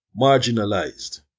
marginalized